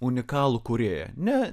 unikalų kūrėją ne